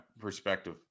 perspective